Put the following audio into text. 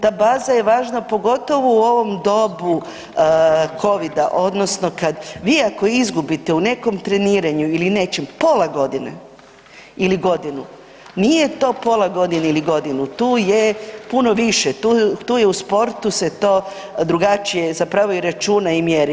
Ta baza je važna, pogotovo u ovom dobu Covida, odnosno kad, vi ako izgubite u nekom treniranju ili nečem, pola godine ili godinu, nije to pola godine ili godinu, tu je puno više, tu je u sportu se drugačije, zapravo i računa i mjeri.